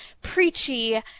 preachy